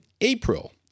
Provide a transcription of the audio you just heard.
April